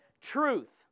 truth